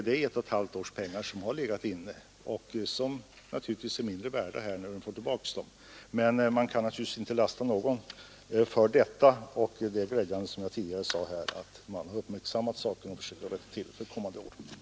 Det är ett och ett halvt års pengar som har legat inne och som naturligtvis är mindre värda när skattebetalarna får tillbaka dem, Men ingen kan som sagt lastas för detta, och det är som jag sade nyss glädjande att man har uppmärksammat saken och försöker rätta till den för det kommande året.